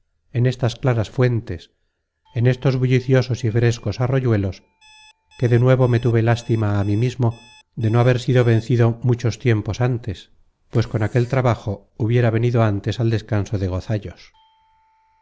en estas claras fuentes en estos bulliciosos y frescos arroyuelos que de nuevo me tuve lástima á mí mismo de no haber sido vencido muchos tiempos ántes pues con aquel trabajo hubiera venido antes al descanso de gozallos oh